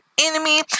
enemy